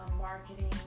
marketing